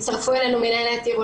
הצטרפו אלינו מנהלת "עיר,